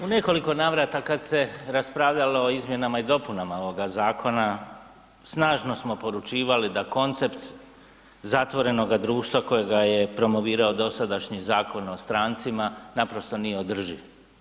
U nekoliko navrata kad se raspravljalo o izmjenama i dopunama ovoga zakona, snažno smo poručivali da koncept zatvorenoga društva kojega je promovirao dosadašnji Zakon o strancima, naprosto nije održiv.